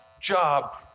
job